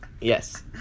yes